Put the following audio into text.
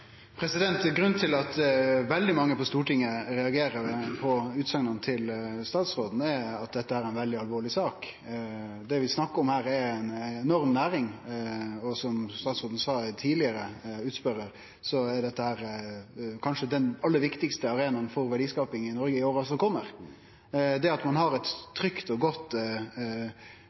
Grunnen til at veldig mange på Stortinget reagerer på utsegnene til statsråden, er at dette er ei veldig alvorleg sak. Det vi snakkar om her, er ei enorm næring, og som statsråden sa tidlegare, er dette kanskje den aller viktigaste arenaen for verdiskaping i Noreg i åra som kjem. Det at ein har eit trygt og godt